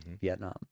Vietnam